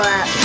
up